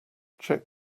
check